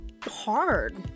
hard